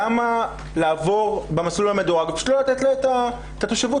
למה לעבור במסלול המדורג ולא לתת לה את התושבות,